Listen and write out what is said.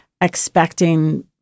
expecting